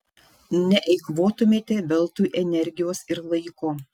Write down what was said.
neeikvotumėte veltui energijos ir laiko